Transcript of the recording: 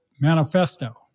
Manifesto